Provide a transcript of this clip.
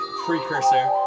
precursor